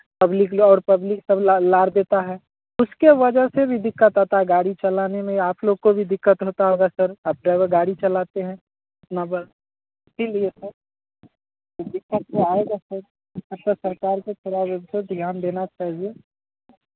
public और public सब ल लाड़ देता है उसकी वजह से भी दिक्कत आता है गाड़ी चलाने में आप लोग को भी दिक्कत होता होगा सर आप ड्राइवर गाड़ी चलाते हैं अपना बस इसीलिए सर दिक्कत तो आएगा सर अच्छा सरकार को थोड़ा बहुत तो ध्यान देना चाहिए